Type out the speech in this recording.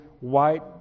white